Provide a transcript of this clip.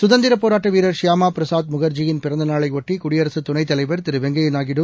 சுதந்திரப் போராட்ட வீரர் ஷியாமா பிரசாத் முகாஜியின் பிறந்த நாளையொட்டி குடியரசு துணைத்தலைவா் திரு வெங்கையா நாயுடு